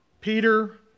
Peter